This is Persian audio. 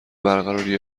برقراری